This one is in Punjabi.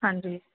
ਹਾਂਜੀ